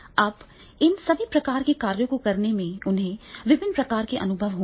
अब इन सभी प्रकार के कार्यों को करने में उन्हें विभिन्न प्रकार के अनुभव होंगे